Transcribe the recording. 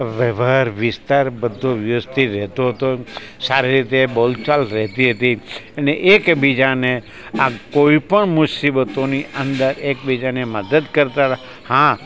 વ્યવહાર વિસ્તાર બધું વ્યવસ્થિત રહેતો હતો સારી રીતે બોલ ચાલ રહેતી હતી અને એકબીજાને આ કોઈ પણ મુસીબતોની અંદર એકબીજાને મદદ કરતા હતા હા